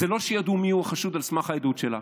זה לא שידעו מיהו החשוד על סמך העדות שלה.